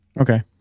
Okay